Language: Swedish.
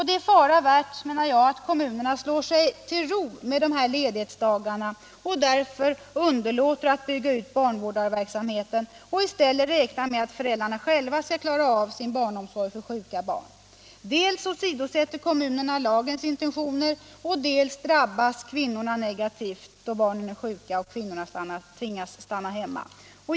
Det är fara värt, menar jag, att kommunerna slår sig till ro i fråga om dessa ledighetsdagar och därför underlåter att bygga ut barnvårdarverksamheten och i stället räknar med att föräldrarna själva skall klara äv barnomsorgen för sina sjuka barn. Dels åsidosätter kommunerna lagens intentioner, dels drabbas kvinnorna då barnen är sjuka och kvinnorna tvingas stanna hemma.